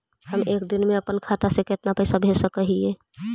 हम एक दिन में अपन खाता से कितना पैसा भेज सक हिय?